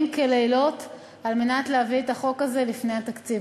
לילות כימים על מנת להביא את החוק הזה לפני התקציב.